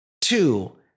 Two